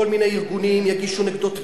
כל מיני ארגונים יגישו נגדו תביעות,